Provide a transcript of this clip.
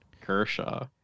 Kershaw